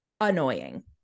annoying